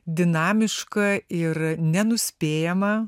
dinamišką ir nenuspėjamą